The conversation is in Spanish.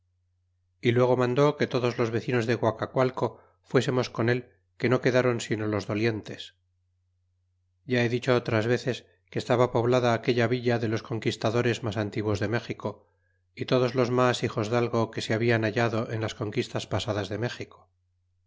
y luego mandó que todos los vecinos de guacacualco fuesemos con el que no quedron sino los dolientes ya he dicho otras veces que estaba poblada aquella villa de los conquistadores mas antiguos de méxieo y todos los mas hijosdalgo que se hablan hallado en las conquistas pasadas de méxico